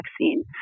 vaccine